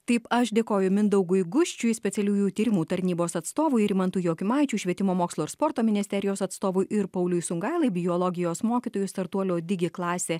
taip aš dėkoju mindaugui guščiui specialiųjų tyrimų tarnybos atstovui rimantui jokimaičiui švietimo mokslo ir sporto ministerijos atstovui ir pauliui sungailai biologijos mokytojui startuolio digi klasė